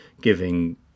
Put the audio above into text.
giving